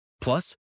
Plus